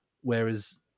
Whereas